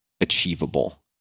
achievable